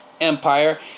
Empire